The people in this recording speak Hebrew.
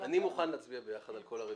אני מוכן להצביע ביחד על כל הרביזיות.